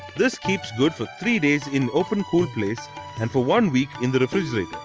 this keeps good for three days in open cool place and for one week in the the fridge.